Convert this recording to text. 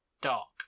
dark